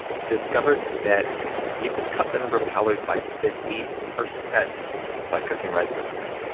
discovered that you could cut the number of calories by fifty percent by cooking rice this way.